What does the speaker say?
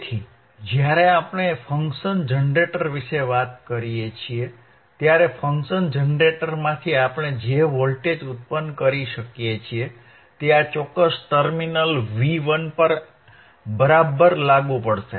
તેથી જ્યારે આપણે ફંક્શન જનરેટર વિશે વાત કરીએ છીએ ત્યારે ફંક્શન જનરેટરમાંથી આપણે જે વોલ્ટેજ ઉત્પન્ન કરીએ છીએ તે આ ચોક્કસ ટર્મિનલ V1 પર બરાબર લાગુ પડશે